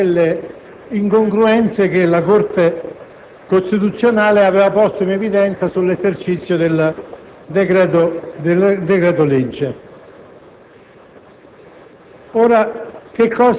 per venire incontro ad alcune incongruenze che la Corte costituzionale aveva posto in evidenza circa l'uso del decreto-legge.